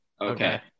Okay